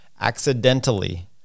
accidentally